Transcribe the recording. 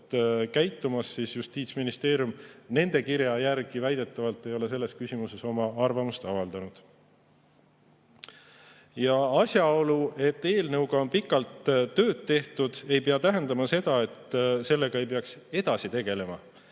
käitumas, siis Justiitsministeerium nende kirja järgi väidetavalt ei ole selles küsimuses oma arvamust avaldanud. Ja asjaolu, et eelnõuga on pikalt tööd tehtud, ei pea tähendama seda, et sellega ei peaks edasi tegelema.